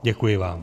Děkuji vám.